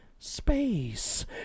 space